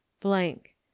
blank